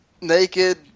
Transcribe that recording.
naked